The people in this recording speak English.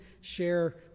share